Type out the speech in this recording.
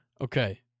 Okay